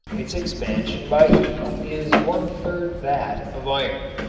its expansion by heat is one-third that of iron.